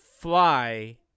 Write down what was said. fly